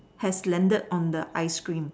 has landed on the ice cream